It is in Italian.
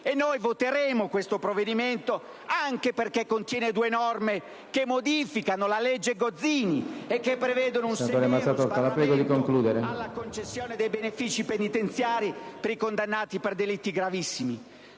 a favore di questo provvedimento, anche perché contiene due norme che modificano la legge Gozzini e che prevedono un severo sbarramento alla concessione dei benefici penitenziari per i condannati per delitti gravissimi.